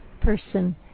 person